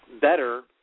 better